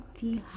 feel